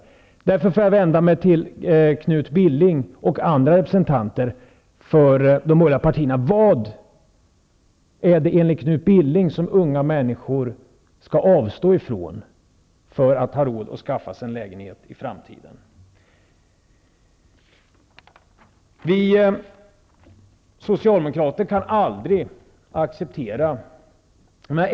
I statsrådens frånvaro vänder jag mig då till Knut Billing och andra representanter för de borgerliga partierna: Vad är det enligt er mening som unga människor skall avstå ifrån för att ha råd att skaffa sig en lägenhet i framtiden?